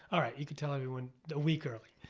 um you can tell everyone a week early.